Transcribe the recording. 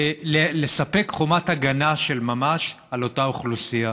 לספק חומת הגנה של ממש לאותה אוכלוסייה.